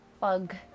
bug